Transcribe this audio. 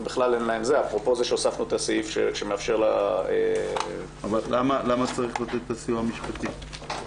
אפרופו הוספת הסעיף שמאפשר --- למה צריך לתת את הסיוע המשפטי?